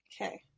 Okay